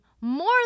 more